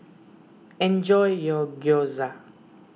enjoy your Gyoza